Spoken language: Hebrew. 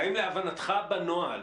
האם להבנתך בנוהל,